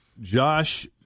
Josh